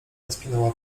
rozpinała